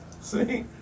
See